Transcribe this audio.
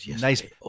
Nice